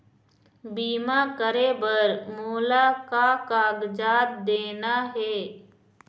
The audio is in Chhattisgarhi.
बीमा करे बर मोला का कागजात देना हे?